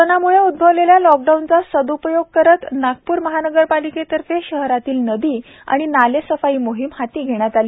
कोरोनाम्ळे उदभवलेल्या लॉकडाउनचा सद्पयोग करीत नागपूर महानगरपालिकेतर्फे शहरातील नदी व नाले सफाई मोहिम हाती घेण्यात आली